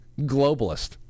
Globalist